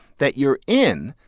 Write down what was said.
that you're in,